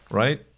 right